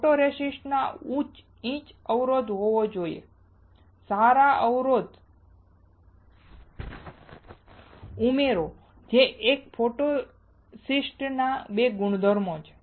ફોટોરેસિસ્ટમાં ઉચ્ચ ઇંચ અવરોધ હોવો જોઈએ સારા ઉમેરો જે એક ફોટોરેસિસ્ટના મુખ્ય બે ગુણધર્મો છે